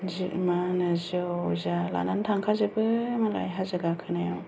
मा होनो जौ लानानै थांखाजोबो मालाय हाजो गाखोनायाव